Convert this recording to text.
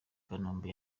kanombe